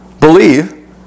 believe